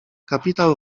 kapitał